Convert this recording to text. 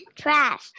trash